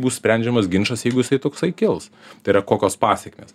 bus sprendžiamas ginčas jeigu jisai toksai kils tai yra kokios pasekmės